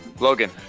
logan